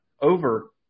Over